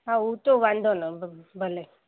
हा हू त वांदो न भले